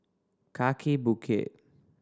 Kaki Bukit